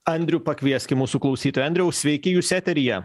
andrių pakvieskim mūsų klausytoją andriau sveiki jūs eteryje